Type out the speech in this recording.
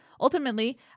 Ultimately